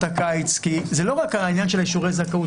הקיץ כי זה לא רק העניין של אישורי הזכאות,